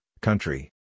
country